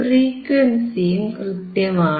ഫ്രീക്വൻസിയും കൃത്യമാണ്